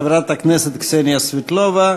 חברת הכנסת קסניה סבטלובה,